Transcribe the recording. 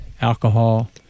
alcohol